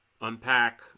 unpack